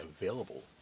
available